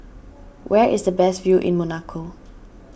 where is the best view in Monaco